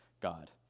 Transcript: God